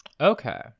okay